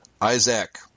Isaac